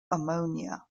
ammonia